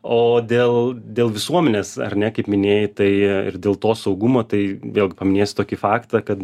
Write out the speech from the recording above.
o dėl dėl visuomenės ar ne kaip minėjai tai ir dėl to saugumo tai vėlgi paminėsiu tokį faktą kad